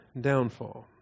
downfall